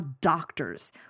doctors